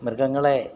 മൃഗങ്ങളെ